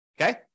Okay